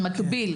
במקביל,